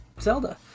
Zelda